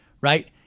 Right